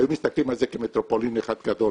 היו מסתכלים על זה כמטרופולין אחד גדול